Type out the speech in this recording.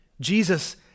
Jesus